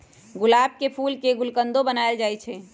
गुलाब के फूल के गुलकंदो बनाएल जाई छई